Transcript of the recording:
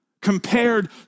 compared